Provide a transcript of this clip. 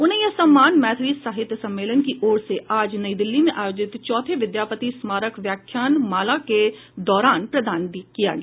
उन्हें यह सम्मान मैथिली साहित्य सम्मेलन की ओर से आज नई दिल्ली में आयोजित चौथे विद्यापति स्मारक व्याख्यान माला के दौरान प्रदान किया गया